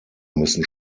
müssen